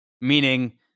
meaning